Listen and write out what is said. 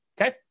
Okay